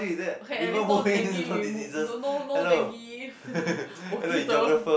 okay at least no dengue remove no no dengue mosquito